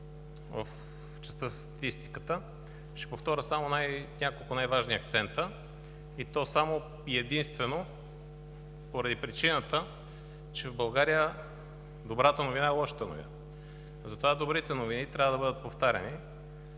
в частта за статистиката, ще повторя само няколко най-важни акцента, и то само и единствено поради причината, че в България добрата новина е лошата новина. Затова добрите новини трябва да бъдат повтаряни